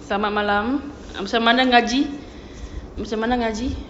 selamat malam macam mana ngaji